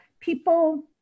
people